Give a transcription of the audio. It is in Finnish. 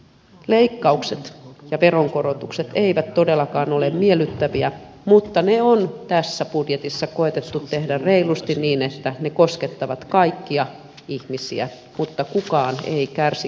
leikkaukset ja veronkorotukset eivät todellakaan ole miellyttäviä mutta ne on tässä budjetissa koetettu tehdä reilusti niin että ne koskettavat kaikkia ihmisiä mutta kukaan ei kärsi kohtuuttomasti